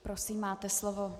Prosím, máte slovo.